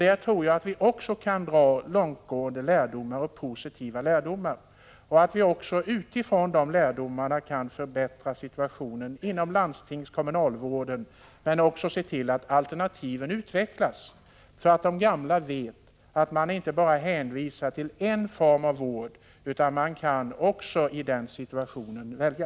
Där tror jag att vi kan dra långtgående och positiva lärdomar och utifrån dessa förbättra situationen inom landstingsoch kommunvården. Vi skall se till att alternativen utvecklas så att de gamla vet att man inte bara är hänvisad till en form av vård utan också kan välja.